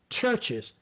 churches